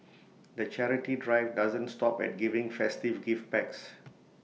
the charity drive doesn't stop at giving festive gift packs